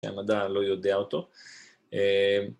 ‫שהמדע לא יודע אותו.